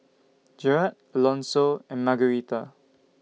Jered Alonso and Margarita